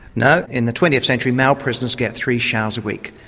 no, in the twentieth century male prisoners get three showers a week.